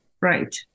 right